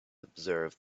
observe